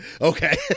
Okay